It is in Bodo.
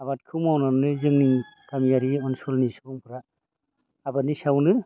आबादखौ मावनानै जोंनि गामियारि अनसोलनि सुबुंफोरा आबादनि सायावनो